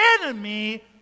enemy